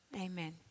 amen